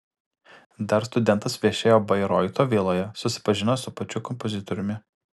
dar studentas viešėjo bairoito viloje susipažino su pačiu kompozitoriumi